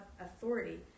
authority